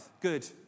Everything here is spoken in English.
Good